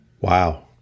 Wow